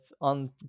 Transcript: on